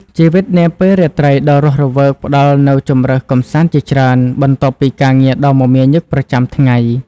ជីវិតនាពេលរាត្រីដ៏រស់រវើកផ្តល់នូវជម្រើសកម្សាន្តជាច្រើន បន្ទាប់ពីការងារដ៏មមាញឹកប្រចាំថ្ងៃ។